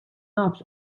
nafx